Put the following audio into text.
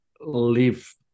live